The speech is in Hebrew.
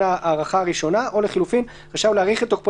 ההארכה הראשונה [או לחלופין:: רשאי הוא להאריך את תוקפו